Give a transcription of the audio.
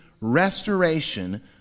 restoration